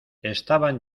estaban